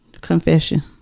Confession